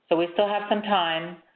so we still have some time.